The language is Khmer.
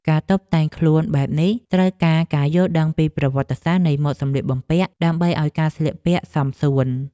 ការតុបតែងខ្លួនបែបនេះត្រូវការការយល់ដឹងពីប្រវត្តិសាស្ត្រនៃម៉ូដសម្លៀកបំពាក់ ដើម្បីឱ្យការស្លៀកពាក់សមសួន។